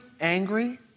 angry